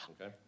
Okay